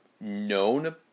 known